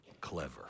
clever